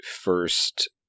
first